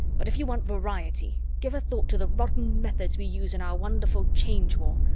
but if you want variety, give a thought to the rotten methods we use in our wonderful change war.